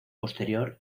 posterior